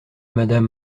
madame